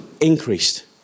increased